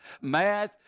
math